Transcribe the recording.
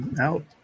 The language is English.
out